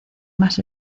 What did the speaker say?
más